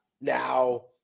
Now